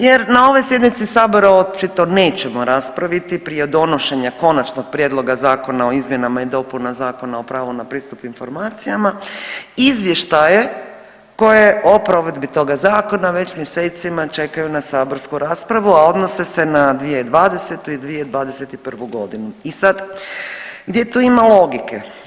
Jer na ovoj sjednici sabora očito nećemo raspraviti prije donošenja Konačni prijedlog Zakona o izmjenama i dopunama Zakona o pravu na pristup informacijama izvještaje koje o provedbi toga zakona već mjesecima čekaju na saborsku raspravu, a odnose se na 2020. i 2021.g. I sad gdje tu ima logike?